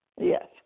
yes